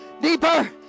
Deeper